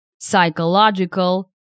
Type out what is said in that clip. psychological